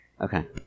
Okay